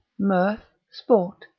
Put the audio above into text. mirth, sport,